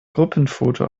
gruppenfoto